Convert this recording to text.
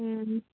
ꯎꯝ